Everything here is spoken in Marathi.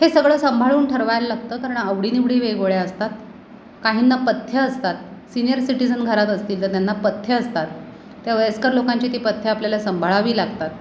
हे सगळं सांभाळून ठरवायला लागतं कारण आवडीनिवडी वेगवेगळ्या असतात काहींना पथ्य असतात सिनियर सिटिजन घरात असतील तर त्यांना पथ्य असतात त्या वयस्कर लोकांची ती पथ्ये आपल्याला सांभाळावी लागतात